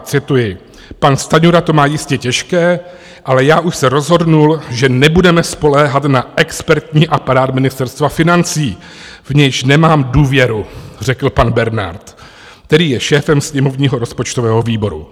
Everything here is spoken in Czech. Cituji: Pan Stanjura to má jistě těžké, ale já už se rozhodl, že nebudeme spoléhat na expertní aparát Ministerstva financí, v nějž nemám důvěru, řekl pan Bernard, který je šéfem sněmovního rozpočtového výboru.